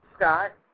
Scott